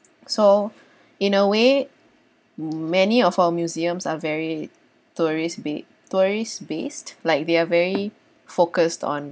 so in a way many of our museums are very tourists be tourists based like they're very focused on